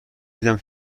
دیدم